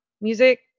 music